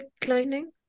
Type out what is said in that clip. declining